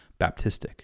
Baptistic